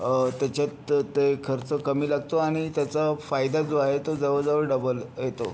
त्याच्यात ते खर्च कमी लागतो आणि त्याचा फायदा जो आहे तो जवळजवळ डबल येतो